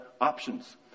options